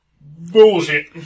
Bullshit